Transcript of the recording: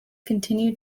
continued